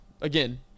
again